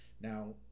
Now